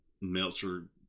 Meltzer